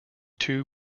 two